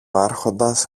άρχοντας